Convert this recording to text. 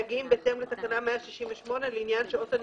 העניין שאותי